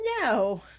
No